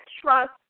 trust